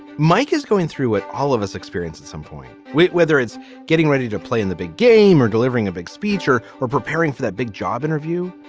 mike is going through it all of us experience at some point weight whether it's getting ready to play in the big game or delivering a big speech or or preparing for that big job interview.